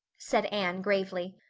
said anne gravely.